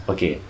Okay